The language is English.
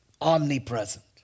Omnipresent